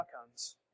outcomes